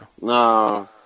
No